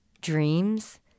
dreams